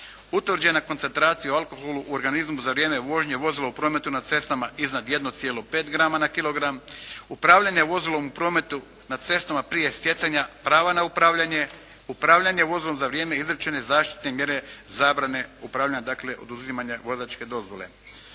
utvrđene koncentracije alkohola u organizmu za vrijeme vožnje vozilo u prometu na cestama iznad 1,5 grama na kilogram, upravljanje vozilom u prometu na cestama prije stjecanja prava na upravljanje, upravljanje vozilom za vrijeme izricanja zaštitne mjere zabrane upravljanja, dakle oduzimanja vozačke dozvole.